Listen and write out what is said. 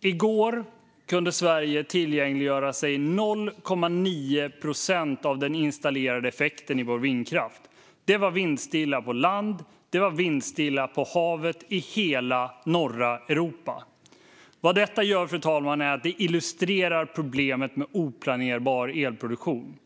I går kunde Sverige tillgängliggöra sig 0,9 procent av den installerade effekten i vår vindkraft. Det var vindstilla på land och på havet i hela norra Europa. Vad detta gör, fru talman, är att det illustrerar problemet med oplanerbar elproduktion.